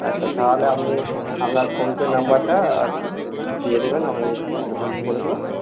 আচ্ছা তাহলে আপনি আপনার ফোন পে নম্বরটা আর দিয়ে দিবেন আমি তাহলে অ্যাডভান্স করে দেবো